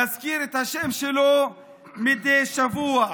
נזכיר את השם שלו מדי שבוע.